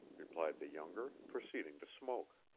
replied the younger, proceeding to smoke.